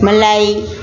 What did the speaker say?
મલાઈ